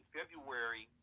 February